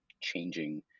changing